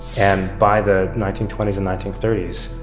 and by the nineteen twenty s and nineteen thirty s,